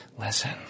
Listen